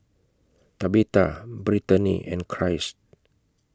Tabitha Brittani and Christ